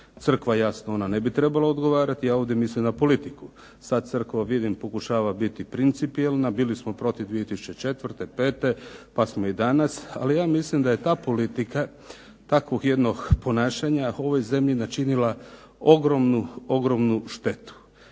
Crkva, jasno ona ne bi trebala odgovarati, ja ovdje mislim na politiku. Sa Crkvom vidim pokušava biti principijelna. Bili smo protiv 2004., 2005. pa smo i danas. Ali ja mislim da je ta politika takvog jednog ponašanja ovoj zemlji načinila ogromnu, ogromnu štetu.